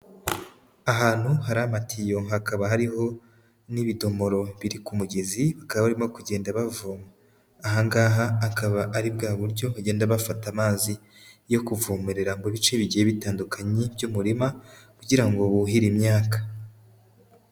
Ahantu hari amatiyo hakaba hariho n'ibidomoro biri ku mugezi, bakaba barimo kugenda bavoma. Aha ngaha akaba ari bwa buryo bagenda bafata amazi yo kuvomerera mu bice bigiye bitandukanye by'umurima kugira ngo buhire imyaka.